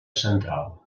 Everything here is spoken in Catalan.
central